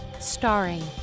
Starring